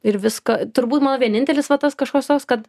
ir viską turbūt vienintelis va tas kažkoks toks kad